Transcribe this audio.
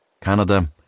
Canada